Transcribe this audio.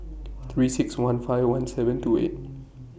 three six one five one seven two eight